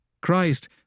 Christ